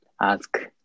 ask